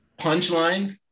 punchlines